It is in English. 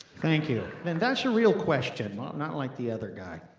thank you. and that's a real question, not not like the other guy,